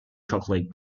chocolate